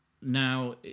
Now